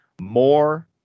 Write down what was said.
more